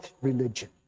religion